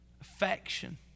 affection